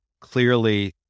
clearly